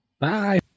Bye